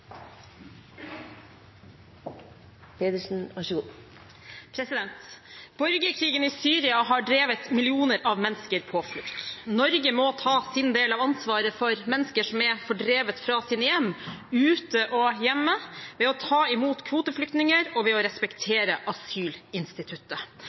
Borgerkrigen i Syria har drevet millioner av mennesker på flukt. Norge må ta sin del av ansvaret for mennesker som er fordrevet fra sine hjem, ute og hjemme, ved å ta imot kvoteflyktninger og ved å respektere asylinstituttet.